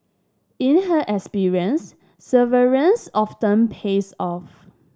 in her experience severance often pays off